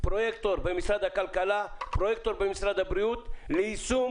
במשרד הכלכלה ובמשרד הבריאות ליישום